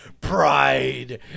pride